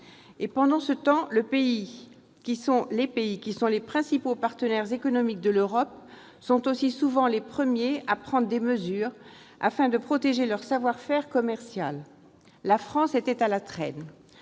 Pendant ce temps, les pays qui sont les principaux partenaires économiques de l'Europe sont aussi souvent les premiers à prendre des mesures, afin de protéger leur savoir-faire commercial. La France était à la traîne.